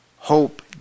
Hope